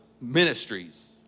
ministries